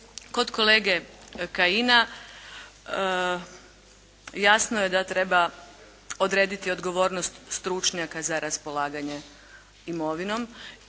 Kod kolege Kajina, jasno je da treba odrediti odgovornost stručnjaka za raspolaganje imovinom